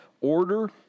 order